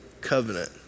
Covenant